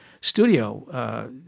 studio